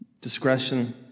discretion